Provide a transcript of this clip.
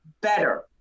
better